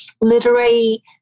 literary